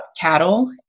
cattle